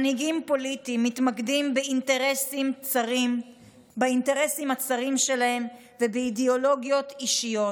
מנהיגים פוליטיים מתמקדים באינטרסים הצרים שלהם ובאידיאולוגיות אישיות,